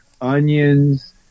onions